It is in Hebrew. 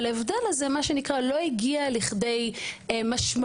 אבל ההבדל הזה לא הגיע לכדי משמעות,